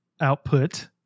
output